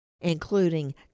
including